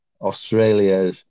Australia